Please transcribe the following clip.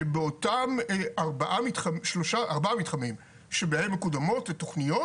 שבאותם ארבעה מתחמים שבהם מקודמות תוכניות,